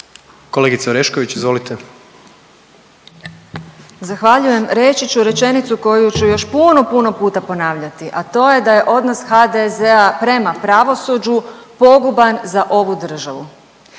i prezimenom)** Zahvaljujem. Reći ću rečenicu koju ću još puno, puno puta ponavljati, a to je da je odnos HDZ-a prema pravosuđu poguban za ovu državu.